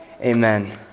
amen